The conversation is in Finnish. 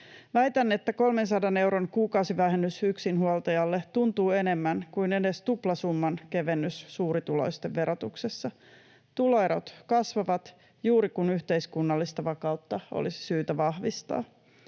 Väitän, että 300 euron kuukausivähennys yksinhuoltajalle tuntuu enemmän kuin edes tuplasumman kevennys suurituloisten verotuksessa. Tuloerot kasvavat juuri kun yhteiskunnallista vakautta olisi syytä vahvistaa.